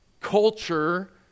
culture